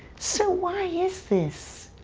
so why is this?